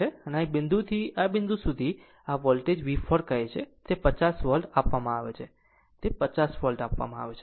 અને આ બિંદુથી આ બિંદુ સુધી આ વોલ્ટેજ V4 કહે છે કે તે 50 વોલ્ટ આપવામાં આવે છે તે 50 વોલ્ટ આપવામાં આવે છે